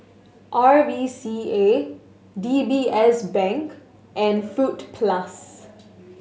R V C A D B S Bank and Fruit Plus